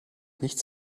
nichts